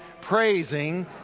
Praising